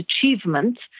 achievements